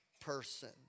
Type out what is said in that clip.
person